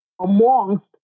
amongst